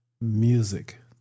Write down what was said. music